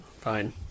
Fine